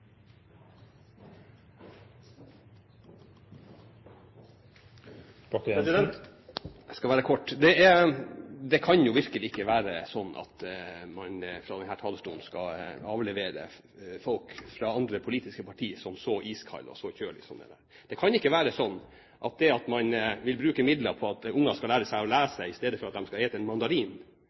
Jeg skal være kort. Det kan virkelig ikke være sånn at man kan avlevere fra denne talerstolen at folk fra andre politiske partier er så iskalde og så kjølige som dette. Det kan ikke være sånn at det at man vil bruke midler på at barna skal lære seg å lese i stedet for at de skal spise en mandarin,